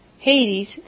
Hades